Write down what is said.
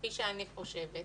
כפי שאני חושבת,